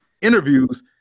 interviews